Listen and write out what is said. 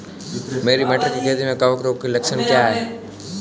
मेरी मटर की खेती में कवक रोग के लक्षण क्या हैं?